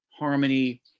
harmony